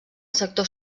sector